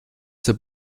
zur